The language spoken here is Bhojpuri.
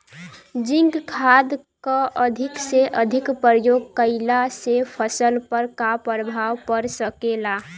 जिंक खाद क अधिक से अधिक प्रयोग कइला से फसल पर का प्रभाव पड़ सकेला?